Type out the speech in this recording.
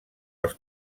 els